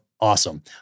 awesome